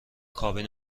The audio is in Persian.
کابین